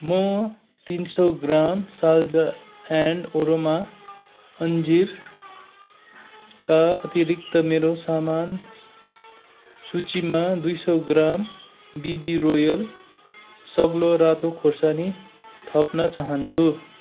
म तिन सौ ग्राम साल्ज एन्ड अरोमा अन्जीरका अतिरिक्त मेरो सामान सूचीमा दुई सौ ग्राम बिबी रोयल सग्लो रातो खोर्सानी थप्न चाहन्छु